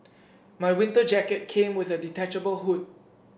my winter jacket came with a detachable hood